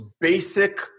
basic